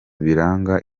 biranga